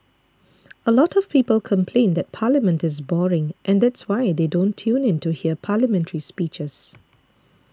a lot of people complain that Parliament is boring and that's why they don't tune in to hear Parliamentary speeches